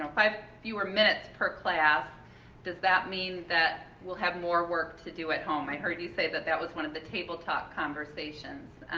um five fewer minutes per class does that mean that we'll have more work to do at home? i heard you say that that was one of the table talk conversations.